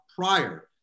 prior